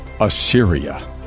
Assyria